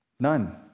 None